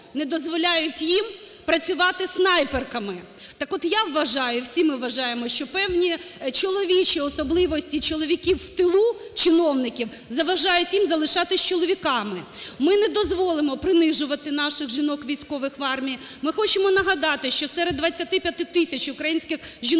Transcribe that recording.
не дозволяють їм працювати снайперками! Так от, я вважаю, всі ми вважаємо, що певні чоловічі особливості чоловіків в тилу, чиновників, заважають їм залишатись чоловіками. Ми не дозволимо принижувати наших жінок-військових в армії. Ми хочемо нагадати, що серед 25 тисяч українських